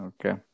Okay